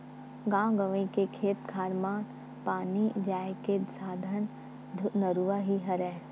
गाँव गंवई के खेत खार मन म पानी जाय के साधन नरूवा ही हरय